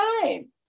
time